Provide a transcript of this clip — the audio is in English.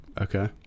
Okay